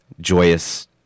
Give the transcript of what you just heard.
joyous